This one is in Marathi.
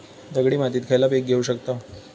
दगडी मातीत खयला पीक घेव शकताव?